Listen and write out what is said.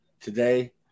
today